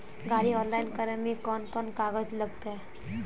गाड़ी ऑनलाइन करे में कौन कौन कागज लगते?